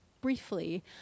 briefly